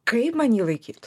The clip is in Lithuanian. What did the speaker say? kaip man jį laikyt